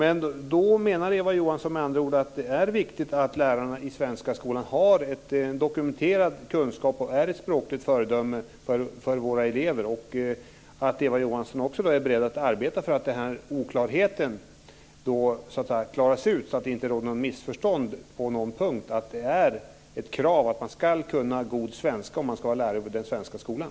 Eva Johansson menar med andra ord att det är viktigt att lärarna i svenska skolan har en dokumenterad kunskap och är språkliga föredömen för våra elever och att Eva Johansson också är beredd att arbeta för att oklarheten undanröjs så att det inte råder något missförstånd på någon punkt att det är ett krav att man ska kunna god svenska om man ska vara lärare i den svenska skolan.